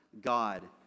God